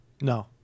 no